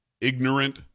ignorant